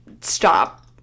stop